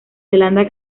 zelanda